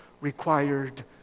required